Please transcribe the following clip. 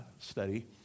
study